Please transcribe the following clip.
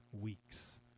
weeks